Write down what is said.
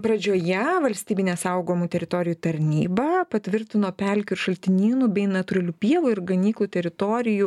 pradžioje valstybinė saugomų teritorijų tarnyba patvirtino pelkių šaltinynų bei natūralių pievų ir ganyklų teritorijų